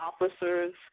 officers